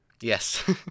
Yes